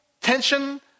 tension